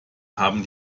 haben